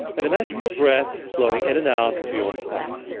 and imagine your breath flowing in and out through your heart.